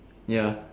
ya